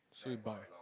so you buy